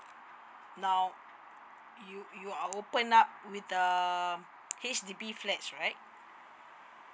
now you you are open up with the H_D_B flats right